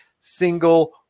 single